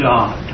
God